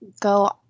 go